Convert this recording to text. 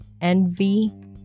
envy